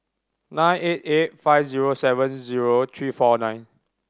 nine eight eight five zero seven zero three four nine